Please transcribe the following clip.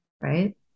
Right